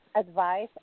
advice